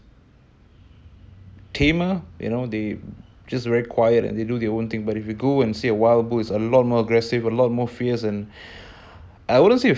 we have be be become like the farm bull you know we have lost touch with that part of ourselves we live in a society where everything is provided food security everything is just very